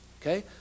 Okay